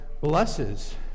blesses